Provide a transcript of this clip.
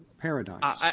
paradigms. ah